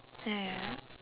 ya ya